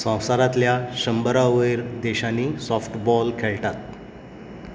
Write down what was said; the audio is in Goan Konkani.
संवसारांतल्या शंबरा वयर देशांनी सॉफ्टबॉल खेळटात